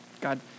God